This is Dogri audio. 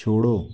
छोड़ो